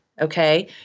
Okay